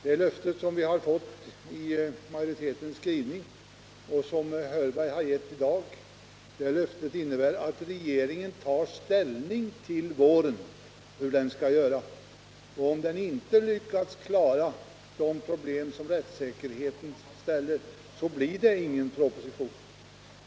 Det löfte som vi har fått i majoritetens skrivning och som herr Hörberg har givit i dag innebär att regeringen tar ställning till våren hur den skall göra. Om regeringen inte lyckas klara de problem som rättssäkerheten ställer upp, så blir det ingen proposition.